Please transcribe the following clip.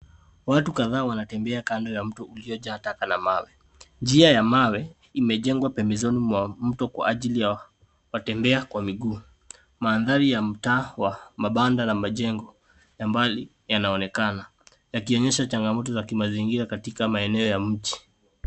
Watu kadhaa wanatembea kando ya mto uliojaa taka la mawe. Njia ya mawe imejengwa pembezoni mwa mto kwa ajili ya watembea kwa miguu. Mandhari ya mtaa wa mabanda na majengo ya mbali yanaonekana, yakionyesha changamoto za kimazingira katika maeneo ya mji.